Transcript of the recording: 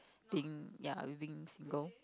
being ya being single